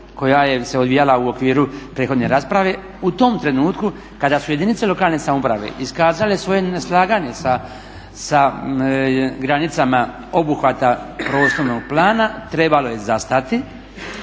koja se odvijala u okviru prethodne rasprave. U tom trenutku kada su jedinice lokalne samouprave iskazale svoje neslaganje sa granicama obuhvata prostornog plana trebalo je zastati